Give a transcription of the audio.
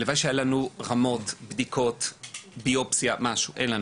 הלוואי שהיו לנו בדיקות כלשהן, אין לנו.